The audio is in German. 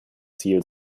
ziel